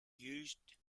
used